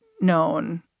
known